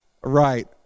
right